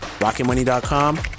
rocketmoney.com